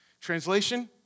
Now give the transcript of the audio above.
Translation